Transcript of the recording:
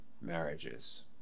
marriages